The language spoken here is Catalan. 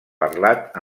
parlat